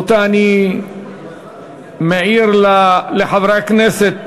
רבותי, אני מעיר לחברי הכנסת.